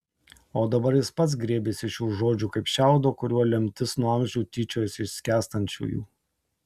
o dabar jis pats griebėsi šių žodžių kaip šiaudo kuriuo lemtis nuo amžių tyčiojasi iš skęstančiųjų